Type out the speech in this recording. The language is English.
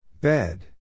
Bed